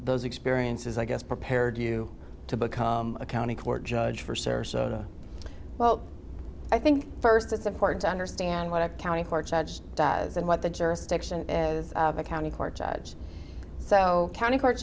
those experiences i guess prepared you to become a county court judge for sarasota well i think first it's important to understand what a county court judge does and what the jurisdiction is the county court judge so county court